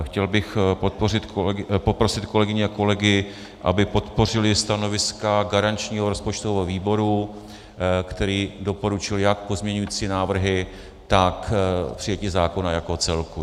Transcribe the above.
Chtěl bych poprosit kolegyně a kolegy, aby podpořili stanoviska garančního rozpočtového výboru, který doporučuje jak pozměňovací návrhy, tak přijetí zákona jako celku.